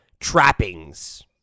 trappings